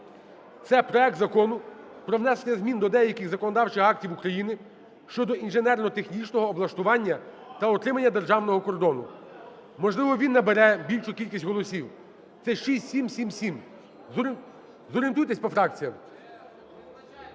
це проект Закону про внесення змін до деяких законодавчих актів України щодо інженерно-технічного облаштування та утримання державного кордону, можливо, він набере більшу кількість голосів, це 6777, зорієнтуйтесь по фракціям.